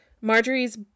Marjorie's